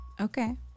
Okay